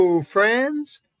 friends